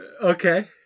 Okay